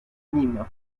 nîmes